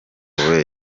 amabuye